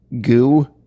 goo